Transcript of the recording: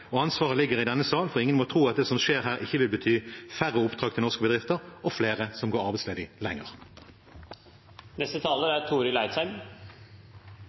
og ansvaret ligger i denne sal, for ingen må tro at det som skjer her, ikke vil bety færre oppdrag til norske bedrifter og flere som går arbeidsledig